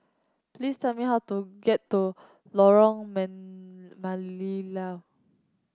please tell me how to get to Lorong Melayu